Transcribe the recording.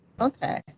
okay